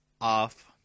off